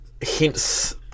hints